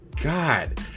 God